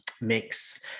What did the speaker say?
mix